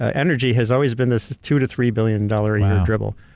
ah energy has always been this two-to-three-billion-dollar-a-year dribble,